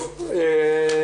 בוקר